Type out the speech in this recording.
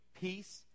peace